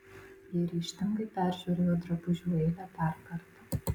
ji ryžtingai peržiūrėjo drabužių eilę dar kartą